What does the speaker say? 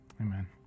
Amen